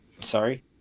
sorry